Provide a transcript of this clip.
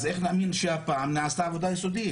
אז איך נאמין שהפעם נעשתה עבודה יסודית?